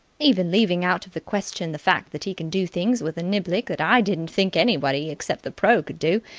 even leaving out of the question the fact that he can do things with a niblick that i didn't think anybody except the pro. could do,